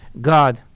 God